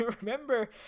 remember